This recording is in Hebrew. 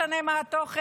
לא משנה מה התוכן,